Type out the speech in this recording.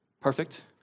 perfect